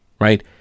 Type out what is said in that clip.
right